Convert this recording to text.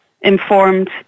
informed